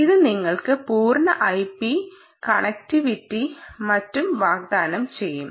ഇത് നിങ്ങൾക്ക് പൂർണ്ണ ഐപി കണക്റ്റിവിറ്റിയും മറ്റും വാഗ്ദാനം ചെയ്യും